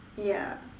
ya